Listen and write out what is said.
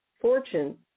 fortune